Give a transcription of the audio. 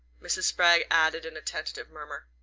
mrs. spragg added in a tentative murmur.